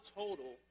total